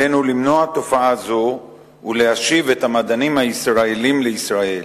עלינו למנוע תופעה זו ולהשיב את המדענים הישראלים לישראל.